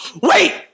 wait